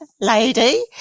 lady